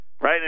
right